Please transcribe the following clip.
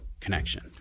connection